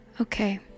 Okay